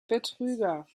betrüger